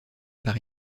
par